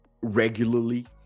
regularly